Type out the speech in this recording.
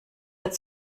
hat